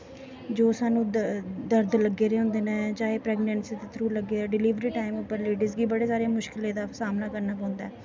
जो सानूं दर्द लग्गे दे होंदे न चाहे प्रैगनैंसी दे थ्रू लग्गे दे डलिवरी टाईम उप्पर लेड़ीस गी बड़ी सारी मुश्कलें दा सामना करना पौंदा ऐ